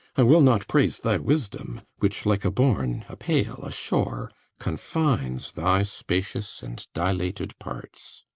i will not praise thy wisdom, which, like a bourn, a pale, a shore, confines thy spacious and dilated parts.